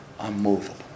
Unmovable